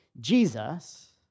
Jesus